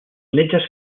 metges